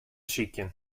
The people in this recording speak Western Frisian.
sykjen